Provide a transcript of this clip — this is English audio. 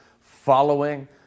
following